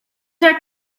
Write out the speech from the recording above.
are